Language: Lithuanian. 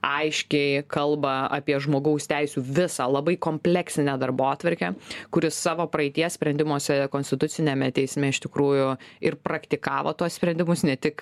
aiškiai kalba apie žmogaus teisių visą labai kompleksinę darbotvarkę kuri savo praeities sprendimuose konstituciniame teisme iš tikrųjų ir praktikavo tuos sprendimus ne tik